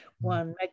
one